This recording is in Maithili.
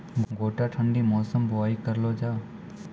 गोटा ठंडी मौसम बुवाई करऽ लो जा?